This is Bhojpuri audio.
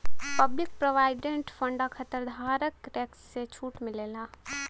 पब्लिक प्रोविडेंट फण्ड खाताधारक के टैक्स में छूट मिलला